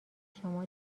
شما